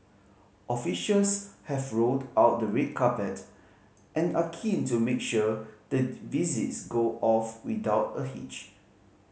officials have rolled out the red carpet and are keen to make sure the visits go off without a hitch